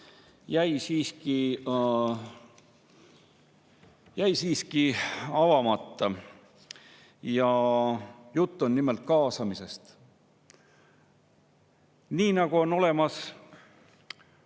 siiski avamata. Jutt on nimelt kaasamisest. Nii nagu on olemas